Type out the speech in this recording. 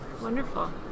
Wonderful